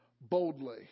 boldly